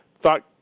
Thought